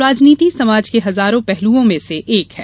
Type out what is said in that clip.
राजनीति समाज के हजारों पहलुओं में से एक है